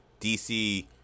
DC